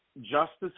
Justice